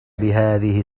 بهذه